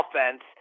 offense